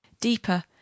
deeper